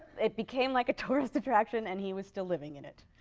it became like a tourist attraction and he was still living in it.